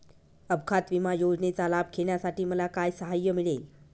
अपघात विमा योजनेचा लाभ घेण्यासाठी मला काय सहाय्य मिळेल?